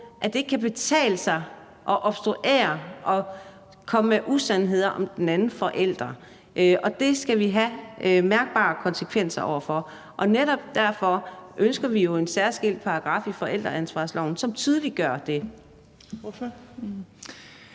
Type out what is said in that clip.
at det ikke kan betale sig at obstruere og komme med usandheder om den anden forælder. Og det skal vi have mærkbare konsekvenser over for, og netop derfor ønsker vi jo en særskilt paragraf i forældreansvarsloven, som tydeliggør det. Kl.